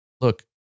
look